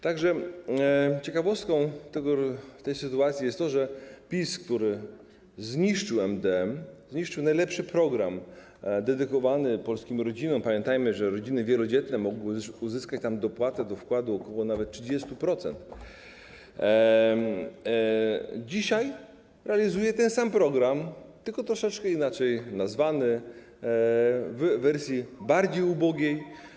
Tak że ciekawostką tej sytuacji jest to, że PiS, który zniszczył MdM, zniszczył najlepszy program dedykowany polskim rodzinom - pamiętajmy, że rodziny wielodzietne mogły uzyskać tam dopłatę do wkładu w wysokości ok. 30% - dzisiaj realizuje ten sam program, tylko troszeczkę inaczej nazwany, w wersji bardziej ubogiej.